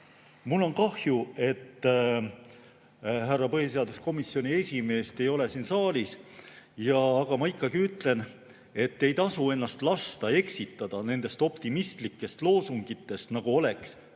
Mul on kahju, et härra põhiseaduskomisjoni esimeest ei ole siin saalis. Aga ma ikkagi ütlen, et ei tasu ennast lasta eksitada nendest optimistlikest loosungitest, nagu oleks